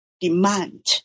demand